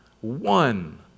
one